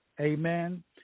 Amen